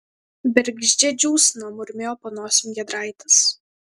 bergždžia džiūsna murmėjo po nosim giedraitis